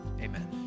amen